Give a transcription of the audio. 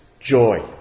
joy